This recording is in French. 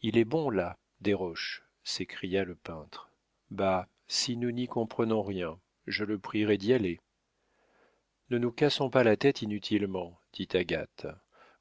il est bon là desroches s'écria le peintre bah si nous n'y comprenons rien je le prierai d'y aller ne nous cassons pas la tête inutilement dit agathe